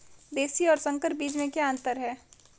देशी और संकर बीज में क्या अंतर है?